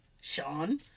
Sean